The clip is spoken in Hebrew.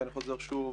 ואני חוזר שוב,